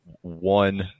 one